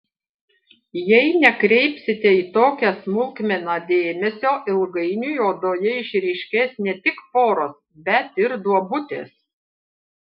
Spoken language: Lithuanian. jei nekreipsite į tokią smulkmeną dėmesio ilgainiui odoje išryškės ne tik poros bet ir duobutės